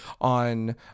on